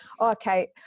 okay